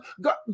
God